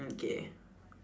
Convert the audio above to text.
okay